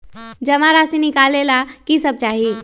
जमा राशि नकालेला कि सब चाहि?